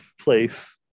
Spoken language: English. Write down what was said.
place